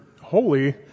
holy